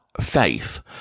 faith